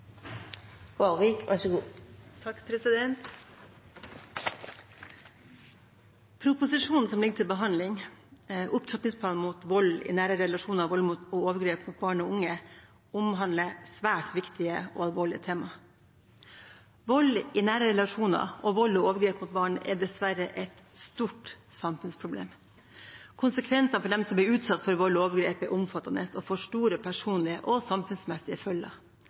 overgrep – omhandler svært viktige og alvorlige tema. Vold i nære relasjoner og vold og overgrep mot barn er dessverre et stort samfunnsproblem. Konsekvensene for dem som blir utsatt for vold og overgrep, er omfattende og får store personlige og samfunnsmessige